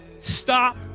Stop